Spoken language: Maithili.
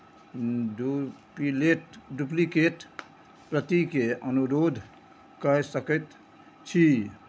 डुपिलेट डुप्लिकेट प्रतिके अनुरोध कय सकैत छी